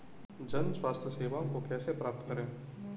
जन स्वास्थ्य सेवाओं को कैसे प्राप्त करें?